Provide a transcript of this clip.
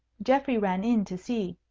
geoffrey ran in to see.